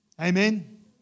Amen